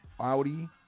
Audi